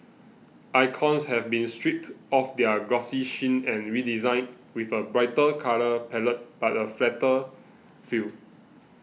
icons have been stripped of their glossy sheen and redesigned with a brighter colour palette but a flatter feel